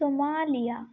Somalia